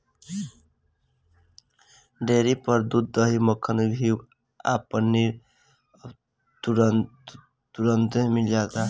dairy पर दूध, दही, मक्खन, घीव आ पनीर अब तुरंतले मिल जाता